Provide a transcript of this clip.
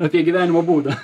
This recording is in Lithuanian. apie gyvenimo būdą